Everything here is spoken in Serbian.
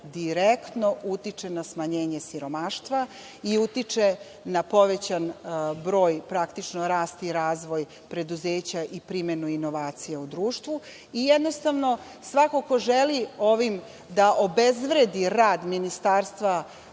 direktno utiče na smanjenje siromaštva i utiče na povećan broj praktično rast i razvoj preduzeća i primenu inovacija u društvu. Jednostavno svako ko želi ovim da obezvredi rad Ministarstva